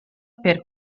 per